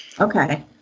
okay